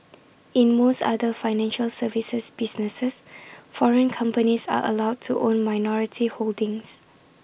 in most other financial services businesses foreign companies are allowed to own minority holdings